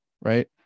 right